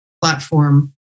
platform